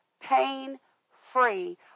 pain-free